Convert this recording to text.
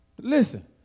listen